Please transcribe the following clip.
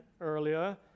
earlier